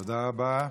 תודה רבה.